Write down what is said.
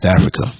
Africa